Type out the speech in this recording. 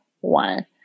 one